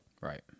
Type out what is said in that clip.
Right